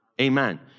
Amen